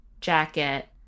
jacket